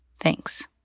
thanks